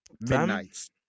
Midnight's